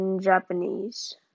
Japanese